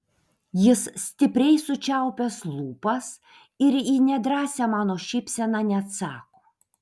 jis stipriai sučiaupęs lūpas ir į nedrąsią mano šypseną neatsako